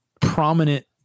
prominent